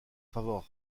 favor